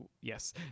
Yes